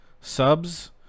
subs